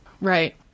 Right